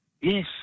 Yes